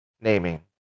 naming